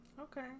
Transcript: Okay